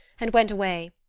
and went away,